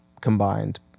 combined